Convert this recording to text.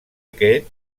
aquest